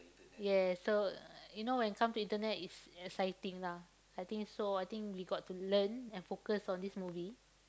yes so you know when come to Internet is exciting lah I think so I think we got to learn and focus on this movie